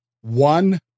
one